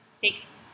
takes